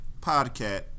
podcast